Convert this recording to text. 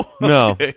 no